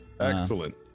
Excellent